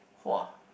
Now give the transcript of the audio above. !wah!